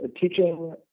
teaching